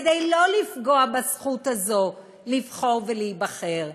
כדי שלא לפגוע בזכות הזאת לבחור ולהיבחר.